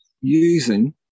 using